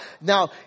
Now